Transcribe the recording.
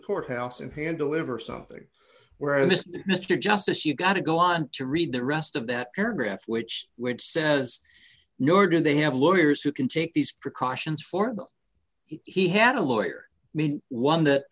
courthouse and hand deliver something where this mr justice you gotta go i want to read the rest of that paragraph which which says nor do they have lawyers who can take these precautions for he had a lawyer one that